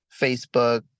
Facebook